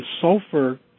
sulfur